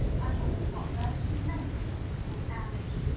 i wonder what they'll do next! thought alice.